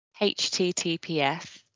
HTTPS